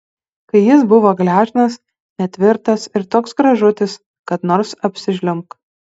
kai jis buvo gležnas netvirtas ir toks gražutis kad nors apsižliumbk